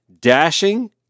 dashing